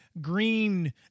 green